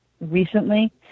recently